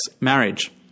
marriage